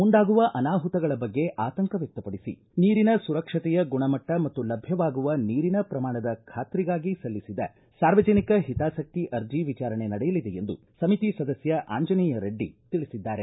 ಮುಂದಾಗುವ ಅನಾಹುತಗಳ ಬಗ್ಗೆ ಆತಂಕ ವ್ಯಕ್ತಪಡಿಸಿ ನೀರಿನ ಸುರಕ್ಷತೆಯ ಗುಣಮಟ್ಟ ಮತ್ತು ಲಭ್ಯವಾಗುವ ನೀರಿನ ಪ್ರಮಾಣದ ಖಾತ್ರಿಗಾಗಿ ಸಲ್ಲಿಸಿದ ಸಾರ್ವಜನಿಕ ಹಿತಾಸಕ್ತಿ ಅರ್ಜಿ ವಿಚಾರಣೆ ನಡೆಯಲಿದೆ ಎಂದು ಸಮಿತಿ ಸದಸ್ತ ಆಂಜನೇಯ ರೆಡ್ಡಿ ತಿಳಿಸಿದ್ದಾರೆ